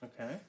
Okay